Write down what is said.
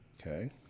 okay